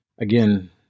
again